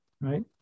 right